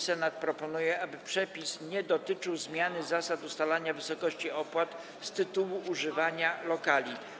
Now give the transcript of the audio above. Senat proponuje, aby przepis nie dotyczył zmiany zasad ustalania wysokości opłat z tytułu używania lokali.